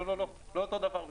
זה לא דומה בכלל.